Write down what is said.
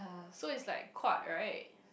so it's like quart like